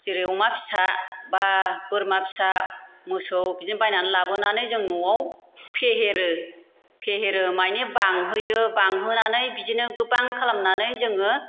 जेरै अमा फिसा बा बोरमा फिसा मोसौ बिदिनो बायनानै लाबोनानै जों न'वाव फेहेरो फेहेरो मानि बांहोयो बांहोनानै बिदिनो गोबां खालामनानै जोङो